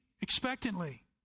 expectantly